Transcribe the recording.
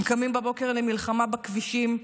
הם קמים בבוקר למלחמה בכבישים,